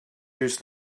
use